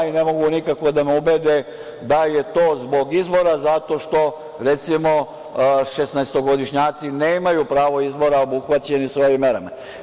Ne mogu nikako da me ubede da je to zbog izbora, zato što, recimo, šesnaestogodišnjaci nemaju pravo izbora, a obuhvaćeni su ovim merama.